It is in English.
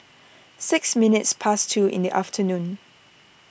six minutes past two in the afternoon